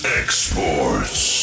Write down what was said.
exports